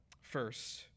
First